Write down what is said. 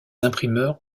imprimeurs